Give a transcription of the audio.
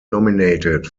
nominated